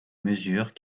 mesures